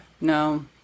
No